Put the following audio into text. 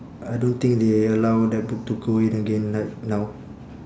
I don't think they allow that book to go in again like now